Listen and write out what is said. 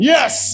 Yes